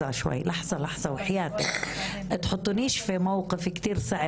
או באופן עקיף בגלל בני משפחה.